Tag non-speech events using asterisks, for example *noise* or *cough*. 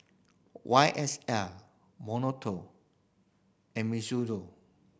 Y S L *unintelligible* and *unintelligible*